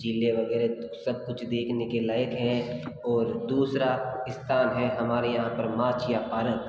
झीलें वगैरह सब कुछ देखने के लायक हैं और दुसरा स्थान है हमारे यहाँ पर माचिया पारक